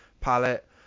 palette